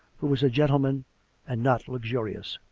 who was a gentleman and not luxurious.